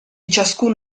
ciascun